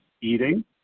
eating